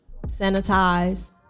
Sanitize